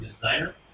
designer